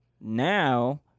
now